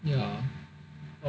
ya